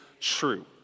true